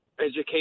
education